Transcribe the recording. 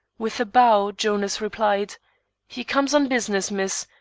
with a bow, jonas replied he comes on business, miss,